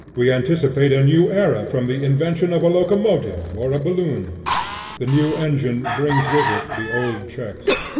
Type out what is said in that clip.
we anticipate a new era from the invention of a locomotive, or a balloon the new engine brings with it the old checks.